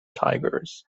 tigers